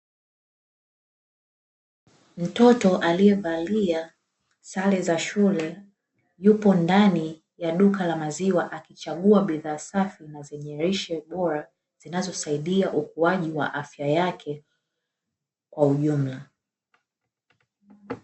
Mtoto alievalia sare za shule yupo ndani ya duka la maziwa akichagua bidhaa safi na zenye lishe bora zinazosaidia, ukuaji wa afya yake kwa ujumla.